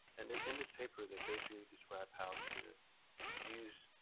and in this paper they basically describe how to use